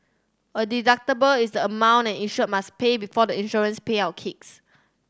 a deductible is the amount an insured must pay before the insurance payout kicks